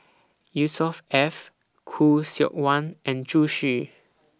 Yusnor Ef Khoo Seok Wan and Zhu Xu